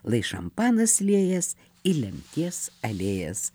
lai šampanas liejas į lemties alėjas